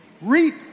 reap